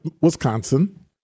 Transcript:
Wisconsin